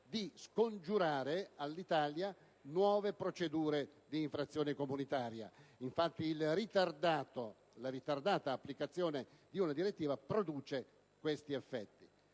di scongiurare per l'Italia nuove procedure di infrazione comunitaria: infatti, la ritardata applicazione di una direttiva produce questi effetti.